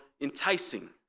enticing